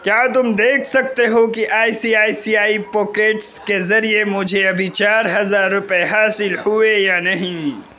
کیا تم دیکھ سکتے ہو کہ I C I C I pockets کے ذریعے مجھے ابھی چار ہزار روپئے حاصل ہوئے یا نہیں